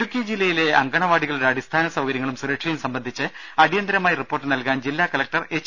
ഇടുക്കി ജില്ലയിലെ അങ്കണവാടികളുടെ അടിസ്ഥാന സൌകര്യങ്ങളും സുരക്ഷയും സംബന്ധിച്ച് അടിയന്തരമായി റിപ്പോർട്ട് നൽകാൻ ജില്ലാകലക്ടർ എച്ച്